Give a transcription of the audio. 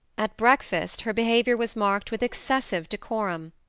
at breakfast her behaviour was marked with excessive decorum.